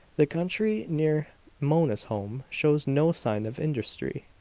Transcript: the country near mona's home shows no sign of industry